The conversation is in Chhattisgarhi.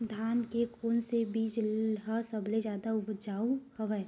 धान के कोन से बीज ह सबले जादा ऊपजाऊ हवय?